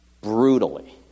brutally